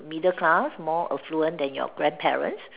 middle class more affluent than your grandparents